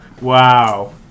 Wow